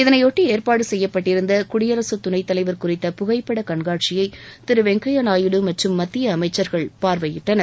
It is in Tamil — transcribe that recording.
இதனைபொட்டி ஏற்பாடு செய்யப்பட்டிருந்த குடியரசுத் துணைத் தலைவர் குறித்த புகைப்பட கண்காட்சியையும் திரு வெங்கய்யா நாயுடு மற்றும் மத்திய அமைச்சர் பார்வையிட்டனர்